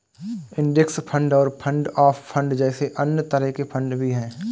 index fund और fund of fund जैसे अन्य तरह के फण्ड भी हैं